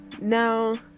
Now